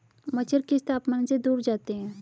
मच्छर किस तापमान से दूर जाते हैं?